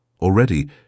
Already